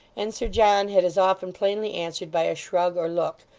and sir john had as often plainly answered by a shrug or look,